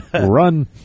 run